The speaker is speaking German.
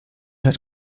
hat